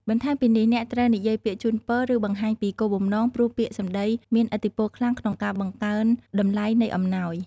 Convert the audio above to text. បន្ថែមពីនេះ អ្នកត្រូវនិយាយពាក្យជូនពរ ឬបង្ហាញពីគោលបំណង ព្រោះពាក្យសម្ដីមានឥទ្ធិពលខ្លាំងក្នុងការបង្កើនតម្លៃនៃអំណោយ។